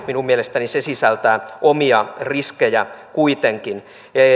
minun mielestäni se sisältää omia riskejään kuitenkin